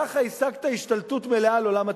ככה השגת השתלטות מלאה על עולם התקשורת.